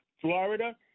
Florida